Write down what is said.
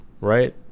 right